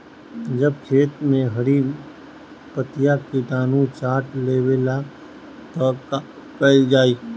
जब खेत मे हरी पतीया किटानु चाट लेवेला तऽ का कईल जाई?